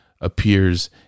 appears